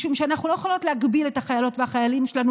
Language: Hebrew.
משום שאנחנו לא יכולות להגביל את החיילות והחיילים שלנו